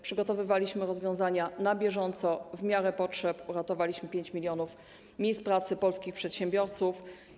Przygotowywaliśmy rozwiązania na bieżąco, w miarę potrzeb, uratowaliśmy 5 mln miejsc pracy polskich przedsiębiorców.